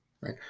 right